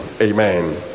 Amen